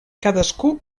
cadascú